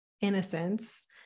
innocence